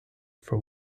for